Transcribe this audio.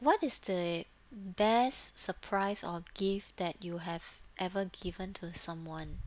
what is the best surprise or gift that you have ever given to someone